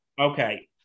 Okay